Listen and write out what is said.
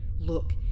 Look